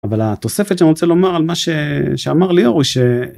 אבל התוספת שאני רוצה לומר על מה שאמר לי אורי ש.